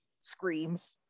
Screams